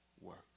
work